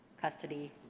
custody